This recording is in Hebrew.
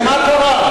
ומה קרה?